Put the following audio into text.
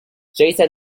jason